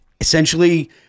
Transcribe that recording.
essentially